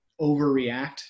overreact